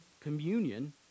communion